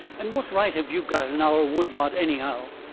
and what right have you got in our wood-lot, anyhow?